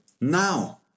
Now